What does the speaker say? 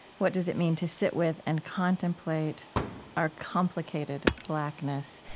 what does it mean to sit with and contemplate our complicated blackness?